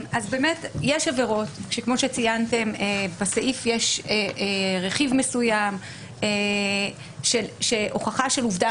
באמת יש עבירות שכמו שציינתם בסעיף יש רכיב מסוים שהוכחה של עובדה